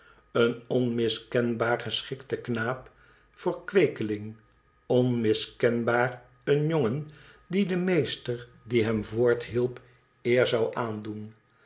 een onmiskenbaar geschikte knaap voor kweekeling onmiskenbaar een jongen die den meester die hem voorthielp eer zou aandoen